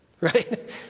right